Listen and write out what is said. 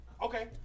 Okay